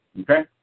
okay